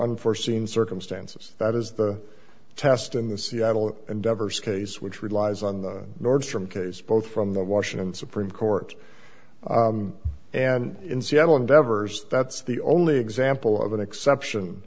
unforeseen circumstances that is the test in the seattle and diverse case which relies on the nordstrom case both from the washington supreme court and in seattle endeavors that's the only example of an exception